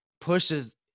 pushes